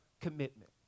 commitment